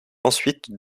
ensuite